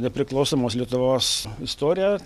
nepriklausomos lietuvos istoriją